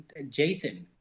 Jathan